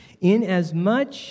inasmuch